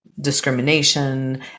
discrimination